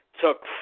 took